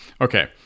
Okay